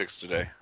today